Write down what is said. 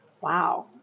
wow